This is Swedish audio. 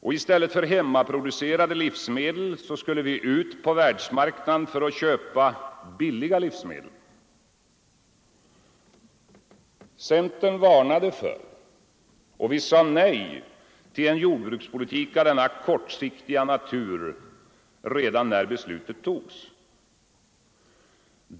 I stället för hemmaproducerade livsmedel skulle vi ut på världsmarknaden för att köpa billiga livsmedel. Centern varnade för och sade nej till en jordbrukspolitik av denna kortsiktiga natur redan när beslutet togs.